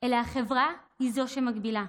אלא החברה היא זו שמגבילה.